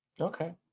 Okay